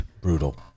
brutal